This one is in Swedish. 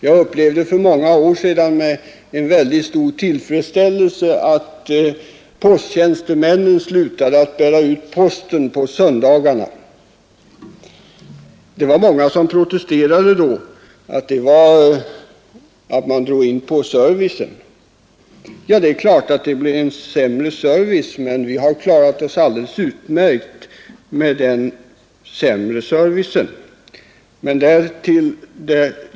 Jag upplevde för många år sedan med stor tillfredsställelse att posttjänstemännen slutade bära ut posten på söndagarna. Det var många som protesterade mot att man drog in på servicen. Det är klart att det blev en sämre service. Men vi har klarat oss alldeles utmärkt med den sämre servicen.